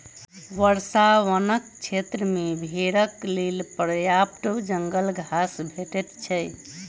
वर्षा वनक क्षेत्र मे भेड़क लेल पर्याप्त जंगल घास भेटैत छै